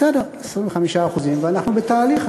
זה עדיין בערך 25% בסדר, 25%, ואנחנו בתהליך.